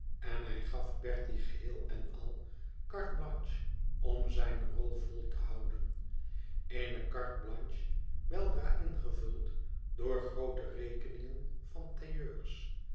en hij gaf bertie geheel en al carte blanche om zijne rol vol te houden eene carte blanche weldra ingevuld door groote rekeningen van